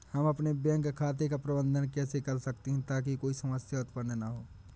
हम अपने बैंक खाते का प्रबंधन कैसे कर सकते हैं ताकि कोई समस्या उत्पन्न न हो?